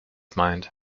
mind